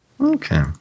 Okay